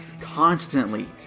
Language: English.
constantly